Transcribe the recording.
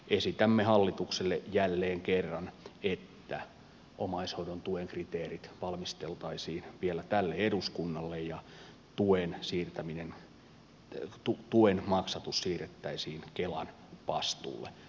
esitämme hallitukselle jälleen kerran että omaishoidon tuen kriteerit valmisteltaisiin vielä tälle eduskunnalle ja tuen maksatus siirrettäisiin kelan vastuulle